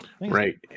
Right